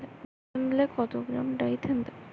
ডিস্মেলে কত gram Dithane দেবো?